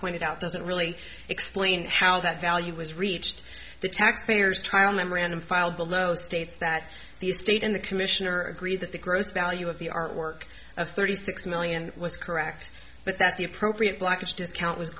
pointed out doesn't really explain how that value was reached the taxpayers trial memorandum filed below states that the state and the commissioner agree that the gross value of the artwork of thirty six million was correct but that the appropriate blackish discount was